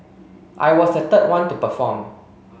I was the third one to perform